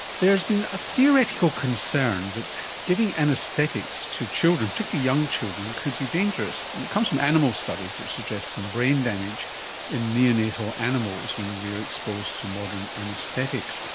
there's been a theoretical concern that giving anaesthetics to children, particularly young children, could be dangerous, and it comes from animal studies which suggest some brain damage in neonatal animals when they are exposed to modern anaesthetics.